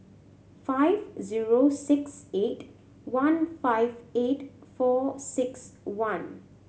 five zero six eight one five eight four six one